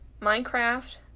Minecraft